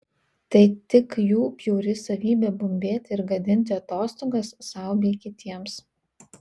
tai tik jų bjauri savybė bumbėti ir gadinti atostogas sau bei kitiems